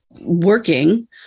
working